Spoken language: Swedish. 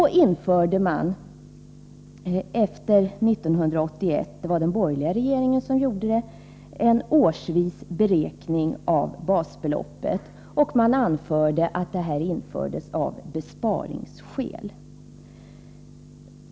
Efter 1981 införde man — det var den borgerliga regeringen som gjorde det — en årsvis beräkning av basbeloppet. Man anförde att detta beräkningssätt infördes av besparingsskäl.